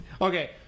Okay